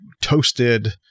toasted